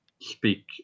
speak